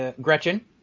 Gretchen